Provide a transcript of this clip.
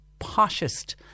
poshest